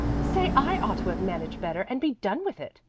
say i ought to have managed better and be done with it,